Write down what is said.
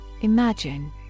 imagine